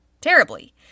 terribly